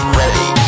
ready